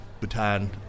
Bhutan